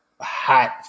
hot